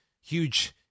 huge